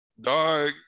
Dog